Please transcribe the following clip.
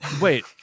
Wait